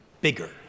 bigger